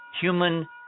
human